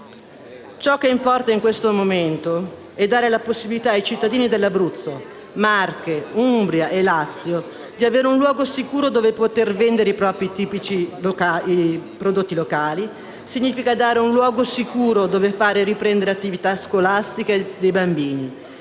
Ciò che importa in questo momento è dare la possibilità ai cittadini di Abruzzo, Marche, Umbria e Lazio di avere un luogo sicuro dove poter vendere i prodotti tipici locali; significa dare un luogo sicuro dove far riprendere l'attività scolastica dei bambini;